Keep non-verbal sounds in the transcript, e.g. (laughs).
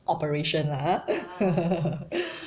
operation lah ha (laughs)